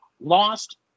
Lost